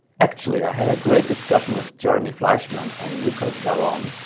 actually i had a great discussion with jeremy fleischmann and lucas garron,